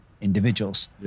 individuals